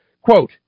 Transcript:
Quote